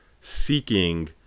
seeking